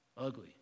Ugly